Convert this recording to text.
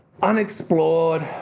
Unexplored